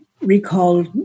recall